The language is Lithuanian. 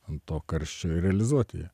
ant to karščio ir realizuoti ją